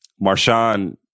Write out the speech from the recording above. Marshawn